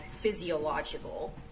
physiological